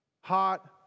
hot